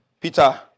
Peter